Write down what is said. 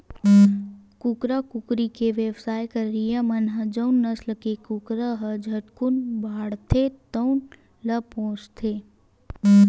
कुकरा, कुकरी के बेवसाय करइया मन ह जउन नसल के कुकरा ह झटकुन बाड़थे तउन ल पोसथे